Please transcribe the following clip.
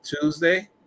Tuesday